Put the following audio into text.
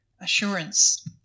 assurance